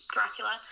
Dracula